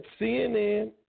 CNN